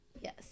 yes